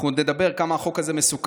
אנחנו עוד נדבר על כמה החוק הזה מסוכן,